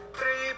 Three